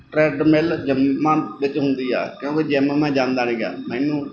treadmill ਜਿੰਮਾਂ ਵਿਚ ਹੁੰਦੀ ਆ ਕਿਉਂਕਿ ਜਿੰਮ ਮੈਂ ਜਾਂਦਾ ਨਹੀਂ ਗਾ ਮੈਨੂੰ